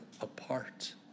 apart